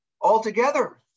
altogether